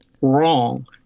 wrong